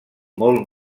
molt